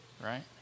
right